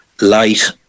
light